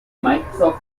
microsoft